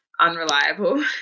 unreliable